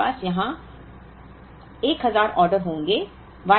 इसलिए हमारे पास यहां 1000 ऑर्डर होंगे